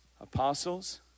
Apostles